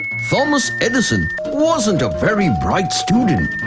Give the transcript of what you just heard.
thomas edison wasn't a very bright student.